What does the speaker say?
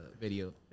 video